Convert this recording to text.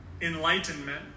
enlightenment